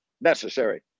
necessary